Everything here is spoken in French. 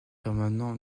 permanent